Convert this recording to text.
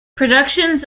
productions